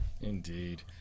Indeed